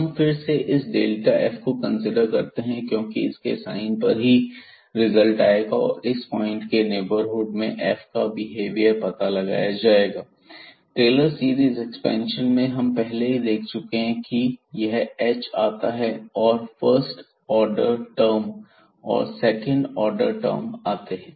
हम फिर से इस डेल्टा f को कंसीडर करते हैं क्योंकि इसके साइन पर ही रिजल्ट आएगा और इस पॉइंट के नेबरहुड में f का बिहेवियर पता लगाया जाएगा टेलर सीरीज एक्सपेंशन में हम पहले ही देख चुके हैं की यह h आता है और फर्स्ट ऑर्डर टर्म और सेकंड ऑर्डर टर्म आते हैं